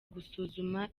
gusuzuma